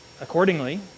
Accordingly